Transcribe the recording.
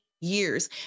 Years